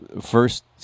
first